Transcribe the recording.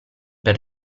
per